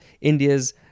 india's